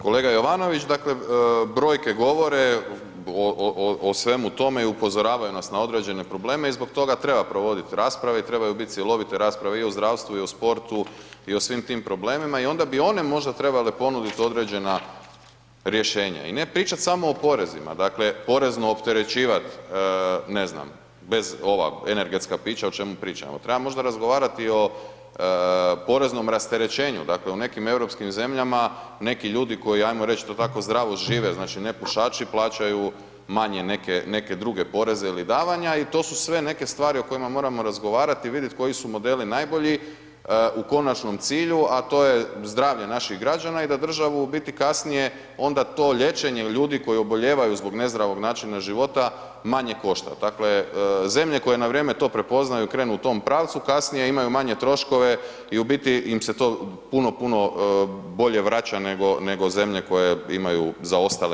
Kolega Jovanović, dakle brojke govore o, o, o, o svemu tome i upozoravaju nas na određene probleme i zbog toga treba provodit rasprave i trebaju bit cjelovite rasprave i o zdravstvu i o sportu i o svim tim problemima i onda bi one možda trebale ponudit određena rješenja i ne pričat samo o porezima, dakle porezno opterećivat, ne znam, bez ova energetska pića o čemu pričamo, treba možda razgovarati o poreznom rasterećenju, dakle u nekim europskim zemljama neki ljudi koji, ajmo reć to tako, zdravo žive, znači nepušači plaćaju manje neke, neke druge poreze ili davanja i to su sve neke stvari o kojima moramo razgovarati i vidit koji su modeli najbolji u konačnom cilju, a to je zdravlje naših građana i da državu, u biti kasnije onda to liječenje ljudi koji obolijevaju zbog nezdravog načina života, manje košta, dakle zemlje koje na vrijeme to prepoznaju krenu u tom pravcu, kasnije imaju manje troškove i u biti im se to puno, puno bolje vraća nego, nego zemlje koje imaju zaostale